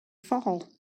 fall